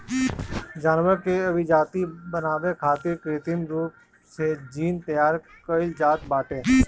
जानवर के अभिजाति बनावे खातिर कृत्रिम रूप से जीन तैयार कईल जात बाटे